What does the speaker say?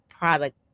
product